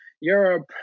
Europe